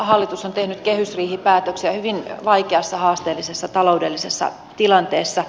hallitus on tehnyt kehysriihipäätöksiä hyvin vaikeassa haasteellisessa taloudellisessa tilanteessa